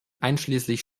einschließlich